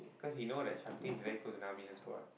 cause he know that Shakti is very close to Naveen also what